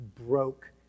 broke